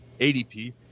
ADP